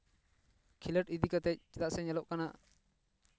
ᱠᱷᱮᱞᱳᱰ ᱤᱫᱤ ᱠᱟᱛᱮᱜ ᱪᱮᱫᱟᱜ ᱥᱮ ᱧᱮᱞᱚᱜ ᱠᱟᱱᱟ